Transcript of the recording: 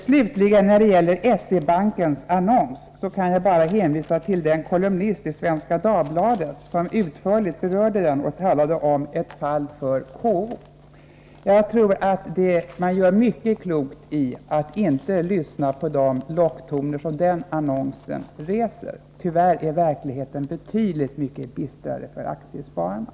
Slutligen vill jag när det gäller S-E-Bankens annons bara hänvisa till den kolumnist som i Svenska Dagbladet utförligt skrivit om denna. Han talade om detta som ett fall för KO. Jag tror att det är mycket klokt att inte lyssna till locktonerna i annonsen. Verkligheten är, tyvärr, betydligt bistrare för aktiespararna än som framgår av annonsen.